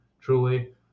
truly